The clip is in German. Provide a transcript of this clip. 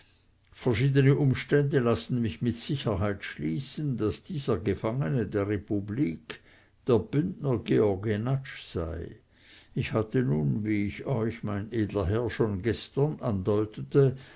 verschiedene umstände lassen mich mit sicherheit schließen daß dieser gefangene der republik der bündner georg jenatsch sei ich hatte nun wie ich euch mein edler herr schon gestern andeutete